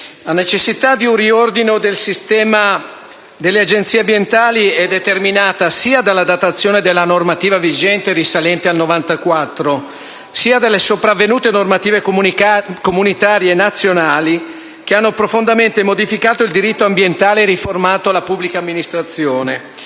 la necessità di un riordino del sistema delle Agenzie ambientali è determinata sia dalla datazione della normativa vigente, risalente al 1994, sia dalle sopravvenute normative comunitarie e nazionali, che hanno profondamente modificato il diritto ambientale e riformato la pubblica amministrazione.